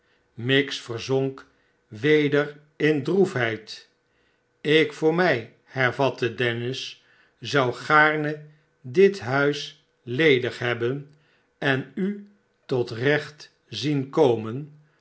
miggs verzonk weder in droefheid ik voor mij hervatte dennis r zou gaarne dit huis ledig hebben en u tot recht zien komen